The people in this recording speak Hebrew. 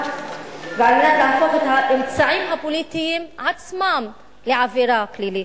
ועל מנת להפוך את האמצעים הפוליטיים עצמם לעבירה פלילית.